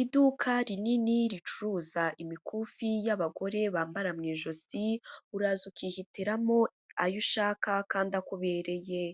Iduka rinini ricuruza imikufi y'abagore bambara mu ijosi, uraza ukihitiramo ayo ushaka kandi akubereye